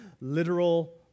literal